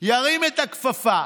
ירים את הכפפה,